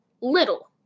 Little